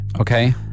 Okay